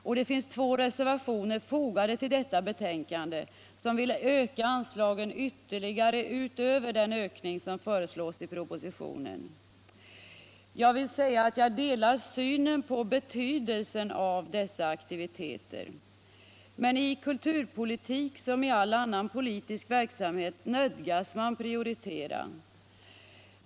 och till detta betänkande har fogats två reservationer, som vill höja anslagen ytterligare utöver den ökning som föreslås i propositionen. Jag delar synen på betydelsen av dessa aktiviteter. Men i kulturpolitik som i all annan politisk verksamhet nödgas man prioritera.